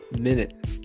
minute